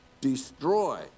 destroy